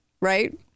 right